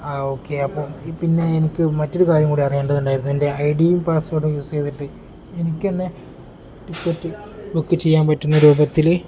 ആ ഓക്കെ അപ്പം ഈ പിന്നെ എനിക്ക് മറ്റൊരു കാര്യം കൂടി അറിയേണ്ടതുണ്ടായിരുന്നു എൻ്റെ ഐഡിയയും പാസ്വേർഡും യൂസ് ചെയ്തിട്ട് എനിക്ക് എന്നെ ടിക്കറ്റ് ബുക്ക് ചെയ്യാൻ പറ്റുന്ന രൂപത്തിൽ